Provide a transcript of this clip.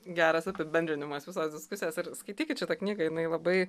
geras apibendrinimas visos diskusijos ir skaitykit šitą knygą jinai labai